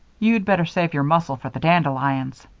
you'd better save your muscle for the dandelions.